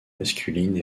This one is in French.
masculines